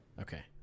okay